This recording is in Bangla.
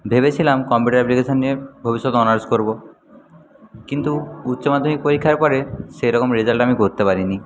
ভেবেছিলাম কম্পিউটার অ্যাপ্লিকেশান নিয়ে ভবিষ্যতে অনার্স করব কিন্তু উচ্চ মাধ্যমিক পরীক্ষার পরে সেরকম রেজাল্ট আমি করতে পারিনি